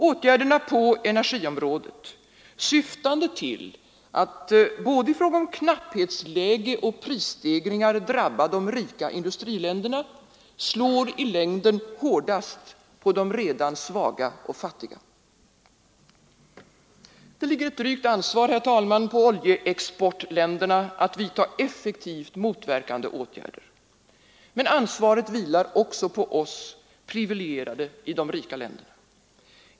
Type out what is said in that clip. Åtgärderna på energiområdet, syftande till att i fråga om både knapphetsläge och prisstegringar drabba de rika industriländerna, slår i längden hårdast på de redan svaga och fattiga. Ett drygt ansvar ligger nu på oljeexportländerna att vidta effektiva motverkande åtgärder. Men ansvaret vilar också på oss privilegierade i de rika länderna.